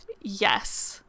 yes